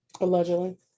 Allegedly